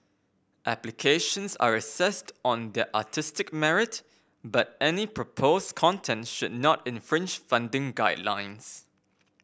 applications are assessed on their artistic merit but any proposed content should not infringe funding guidelines